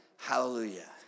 Hallelujah